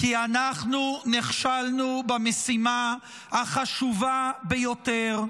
כי אנחנו נכשלנו במשימה החשובה ביותר,